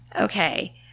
Okay